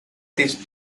these